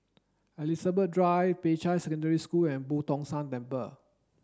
Elizabeth Drive Peicai Secondary School and Boo Tong San Temple